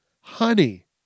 honey